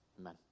Amen